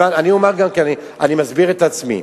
אני מסביר את עצמי,